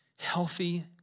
healthy